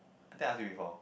then I ask you before